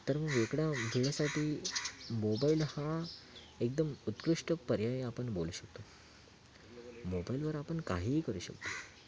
तर वेगळ्या वेळासाठी मोबाईल हा एकदम उत्कृष्ट पर्याय आपण बोलू शकतो मोबाईलवर आपण काहीही करू शकतो